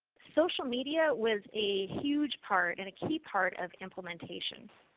social media was a huge part and a key part of implementation.